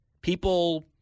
People